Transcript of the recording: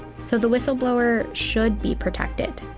so the whistleblower should be protected.